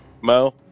Mo